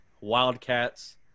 Wildcats